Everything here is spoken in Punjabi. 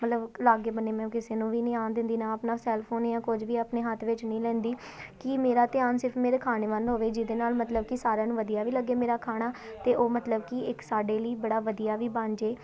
ਮਤਲਬ ਲਾਗੇ ਬੰਨੇ ਮੈਂ ਕਿਸੇ ਨੂੰ ਵੀ ਨਹੀਂ ਆਉਣ ਦਿੰਦੀ ਨਾ ਆਪਣਾ ਸੈਲਫੋਨ ਜਾਂ ਕੁਝ ਵੀ ਆਪਣੇ ਹੱਥ ਵਿੱਚ ਨਹੀਂ ਲੈਂਦੀ ਕਿ ਮੇਰਾ ਧਿਆਨ ਸਿਰਫ਼ ਮੇਰੇ ਖਾਣੇ ਵੱਲ ਹੋਵੇ ਜਿਹਦੇ ਨਾਲ ਮਤਲਬ ਕਿ ਸਾਰਿਆਂ ਨੂੰ ਵਧੀਆਂ ਵੀ ਲੱਗੇ ਮੇਰਾ ਖਾਣਾ ਅਤੇ ਉਹ ਮਤਲਬ ਕਿ ਇੱਕ ਸਾਡੇ ਲਈ ਬੜਾ ਵਧੀਆ ਵੀ ਬਣ ਜਾਵੇ